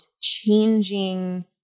changing